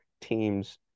teams